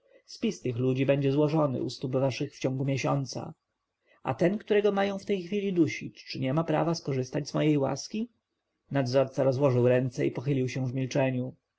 spis tych ludzi będzie złożony u stóp waszych w ciągu miesiąca a ten którego mają w tej chwili dusić czy nie ma prawa korzystać z mojej łaski nadzorca rozłożył ręce i pochylił się w milczeniu